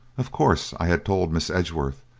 of course i had told miss edgeworth,